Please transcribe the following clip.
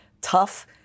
tough